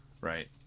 Right